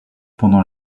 pendant